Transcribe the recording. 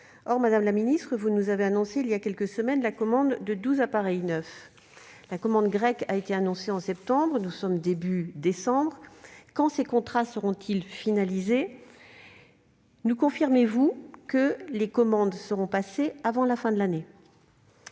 Or, madame la ministre, vous nous avez annoncé il y a quelques semaines la commande de douze appareils neufs. La commande grecque a été annoncée au mois de septembre dernier, nous sommes au début du mois de décembre : quand ces contrats seront-ils finalisés ? Nous confirmez-vous que les commandes seront passées avant la fin de l'année ?